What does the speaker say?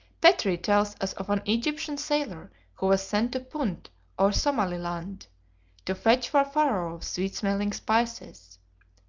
petrie tells us of an egyptian sailor who was sent to punt or somaliland to fetch for pharaoh sweet-smelling spices.